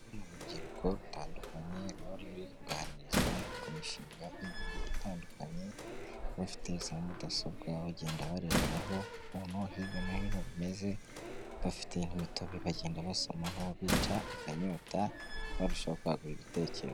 Uru ni urubyiruko rutandukanye ruba ruri kuganirizwa ku mishinga igiye itandukanye bafite za mudasobwa bagenda bareberaho ukuntu hirya no hino bimeze bafite imitobe bagenda basomaho bica akanyota barushaho kwagura ibitekerezo.